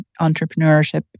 entrepreneurship